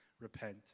repent